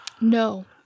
no